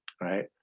right